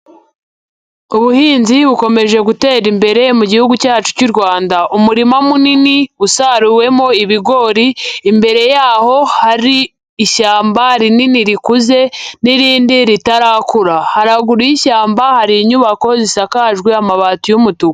Ubuhinzi bukomeje gutera imbere mu gihugu cyacu cy'u Rwanda. Umurima munini usaruwemo ibigori, imbere yaho hari ishyamba rinini rikuze, n'irindi ritarakura. Haraguru y'ishyamba hari inyubako zisakajwe amabati y'umutuku.